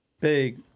Big